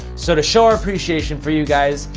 so to show our appreciation for you guys,